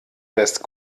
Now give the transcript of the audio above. rest